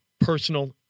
personal